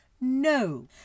No